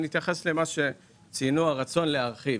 אני אתייחס למה שציינו לגבי הרצון להרחיב.